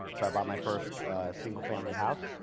so i bought my first single family house.